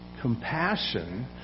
compassion